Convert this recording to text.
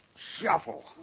Shuffle